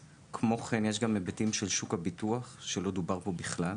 כמו כן יש גם היבטים של שוק הביטוח שכלל לא דובר בו כאן.